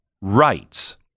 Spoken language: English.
rights